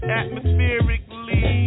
atmospherically